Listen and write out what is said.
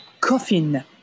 coffin